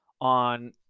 on